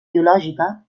biològica